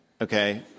okay